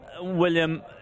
William